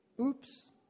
Oops